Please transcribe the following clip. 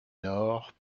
nord